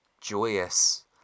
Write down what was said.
joyous